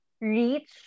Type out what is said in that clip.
reach